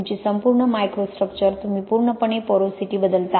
तुमची संपूर्ण मायक्रोस्ट्रक्चर तुम्ही पूर्णपणे पोरोसिटी बदलता